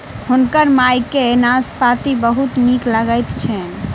हुनकर माई के नाशपाती बहुत नीक लगैत छैन